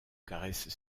caresses